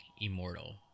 immortal